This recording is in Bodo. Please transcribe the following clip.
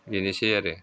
बेनोसै आरो